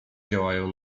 działają